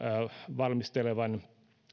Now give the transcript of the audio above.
valmistelevan